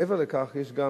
מעבר לכך יש גם,